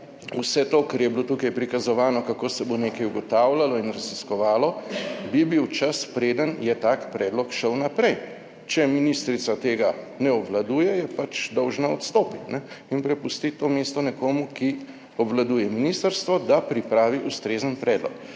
vse to, kar je bilo tukaj prikazovano, kako se bo nekaj ugotavljalo in raziskovalo bi bil čas preden je tak predlog šel naprej. Če ministrica tega ne obvladuje, je pač dolžna odstopiti in prepustiti to mesto nekomu, ki obvladuje ministrstvo, da pripravi ustrezen predlog.